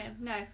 no